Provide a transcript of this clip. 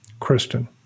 Kristen